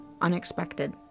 unexpected